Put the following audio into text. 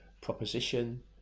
proposition